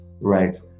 right